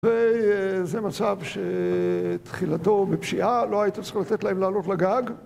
וזה מצב שתחילתו בפשיעה, לא הייתם צריכים לתת להם לעלות לגג.